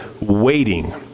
waiting